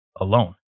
alone